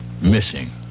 missing